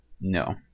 no